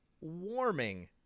warming